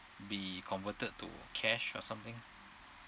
be converted to cash or something